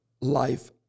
life